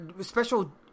special